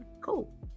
cool